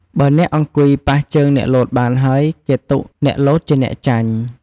បើអ្នកអង្គុយប៉ះជើងអ្នកលោតបានហើយ គេទុកអ្នកលោតជាអ្នកចាញ់